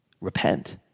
Repent